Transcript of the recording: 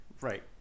Right